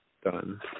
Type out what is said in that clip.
done